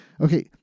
okay